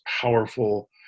powerful